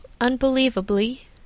unbelievably